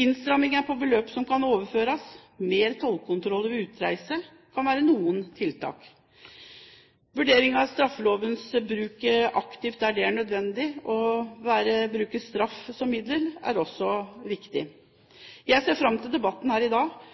Innstramninger på beløp som kan overføres og mer tollkontroller ved utreise kan være noen tiltak. Å bruke straffeloven aktivt der det er nødvendig og å bruke straff som middel, er også viktig. Jeg ser fram til debatten her i dag.